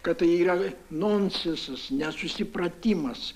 kad tai yra nonsensas nesusipratimas